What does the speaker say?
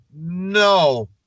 No